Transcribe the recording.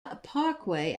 parkway